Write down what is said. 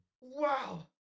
Wow